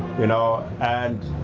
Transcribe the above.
you know. and,